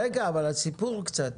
רגע, אבל סיפור קצת.